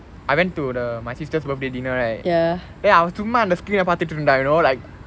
I went to the my sister's birthday dinner right then அவ சும்மா அந்த:ava summa antha screen பாத்துட்டு இருந்தா:paathuttu irunthaa you know like